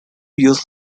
years